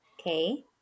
Okay